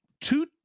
two